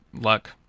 Luck